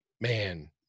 man